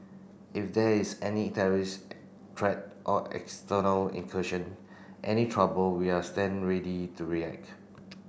if there is any terrorist threat or external incursion any trouble we are stand ready to react